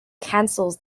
cancels